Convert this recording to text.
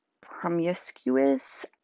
promiscuous